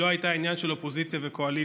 לא הייתה עניין של אופוזיציה וקואליציה,